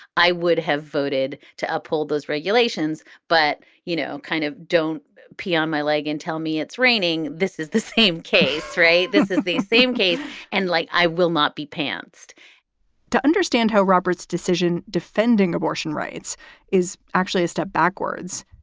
i would have voted to uphold those regulations. but, you know, kind of don't pee on my leg and tell me it's raining. this is the same case, ray. this is the same case and like, i will not be pancit to understand how roberts decision defending abortion rights is actually a step backwards.